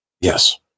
Yes